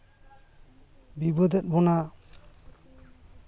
ᱵᱤᱵᱟᱹᱫᱮᱛ ᱵᱚᱱᱟ